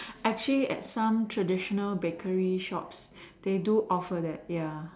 actually at some traditional bakery shops they do offer that ya